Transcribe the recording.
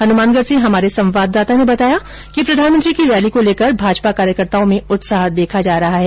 हनुमानगढ से हमारे संवाददाता ने बताया कि प्रधानमंत्री की रैली को लेकर भाजपा कार्यकर्ताओं में उत्साह देखा जा रहा है